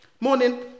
morning